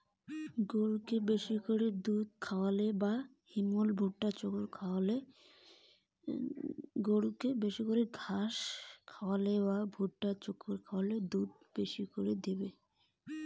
গবাদি পশু গরুকে কী কী খাদ্য খাওয়ালে বেশী বেশী করে দুধ দিবে?